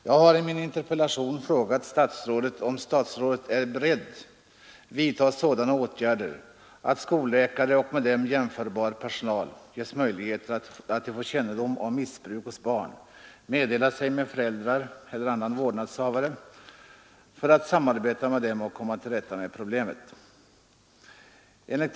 Jag har i min interpellation frågat om statsrådet är beredd att vidta sådana åtgärder att skolläkare och jämförbar personal ges möjlighet att, då de får kännedom om narkotikamissbruk bland barnen, meddela sig med föräldrar eller annan vårdnadshavare för att samarbeta med dem och komma till rätta med problemet.